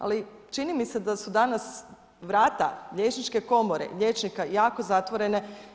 Ali čini mi se da su danas vrata liječničke komore, liječnika jako zatvorene.